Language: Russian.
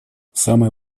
самой